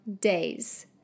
days